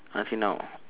until now